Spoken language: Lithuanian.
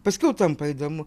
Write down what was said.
paskiau tampa įdomu